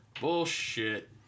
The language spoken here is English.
Bullshit